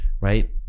right